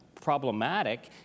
problematic